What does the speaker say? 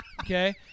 okay